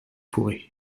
pourrais